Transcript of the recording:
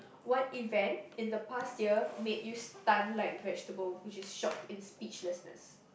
what event in the past year made you stun like vegetable which is shocked in speechlessness